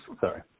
Sorry